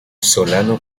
solano